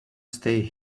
stay